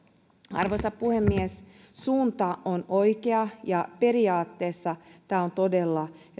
arvoisa puhemies suunta on oikea ja periaatteessa tämä on todella